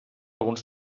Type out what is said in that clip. alguns